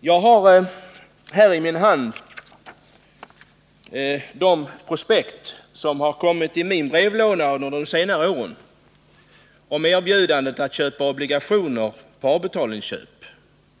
Jag har här i min hand de prospekt som kommit i min brevlåda under de senare åren med erbjudande om att köpa obligationer på avbetalning.